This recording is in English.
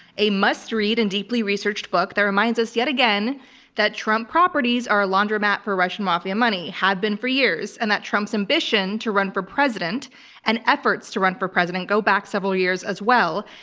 a must read and deeply researched book that reminds us yet again that trump properties are a laundromat for russian mafia money have been for years and that trump's ambitions to run for president and efforts to run for president go back several years as well,